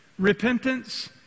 Repentance